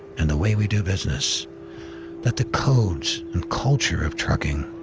and the way we do business that the codes and culture of trucking,